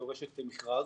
דורשת מכרז.